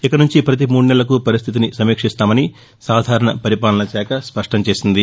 ఇక నుంచి ప్రతీ మూడు నెలలకూ పరిస్థితిని సమీక్షిస్తామని సాధారణ పరిపాలన శాఖ స్పష్టంచేసింది